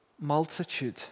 multitude